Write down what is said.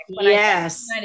Yes